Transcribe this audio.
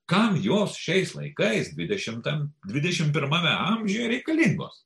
kam jos šiais laikais dvidešimtam dvidešimt pirmame amžiuje reikalingos